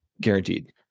Guaranteed